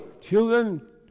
children